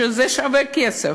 שזה שווה כסף.